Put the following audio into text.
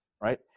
right